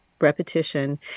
repetition